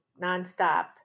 nonstop